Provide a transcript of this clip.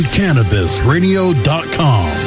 cannabisradio.com